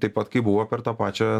taip pat kaip buvo per tą pačią